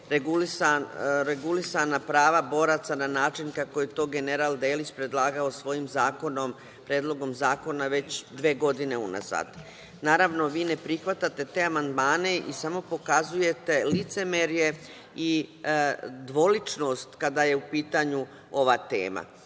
regulisana prava boraca na način kako je to general Delić predlagao svojim zakonom, Predlogom zakona već dve godine unazad. Naravno, vi ne prihvatate te amandmane i samo pokazujete licemerje i dvoličnost kada je u pitanju ova